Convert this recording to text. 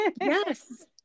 Yes